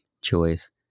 choice